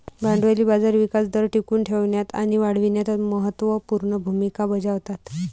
भांडवली बाजार विकास दर टिकवून ठेवण्यात आणि वाढविण्यात महत्त्व पूर्ण भूमिका बजावतात